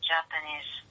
Japanese